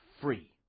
free